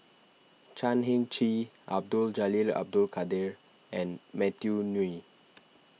Chan Heng Chee Abdul Jalil Abdul Kadir and Matthew Ngui